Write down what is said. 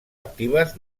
actives